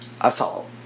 assault